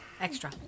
extra